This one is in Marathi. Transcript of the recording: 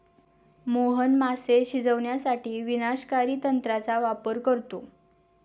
मोहन मासे शिजवण्यासाठी विनाशकारी तंत्राचा वापर करतो